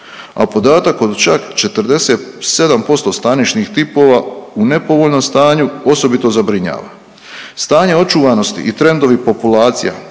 a podatak od čak 47% stanišnih tipova u nepovoljnom stanju osobito zabrinjava. Stanje očuvanosti i trendovi populacija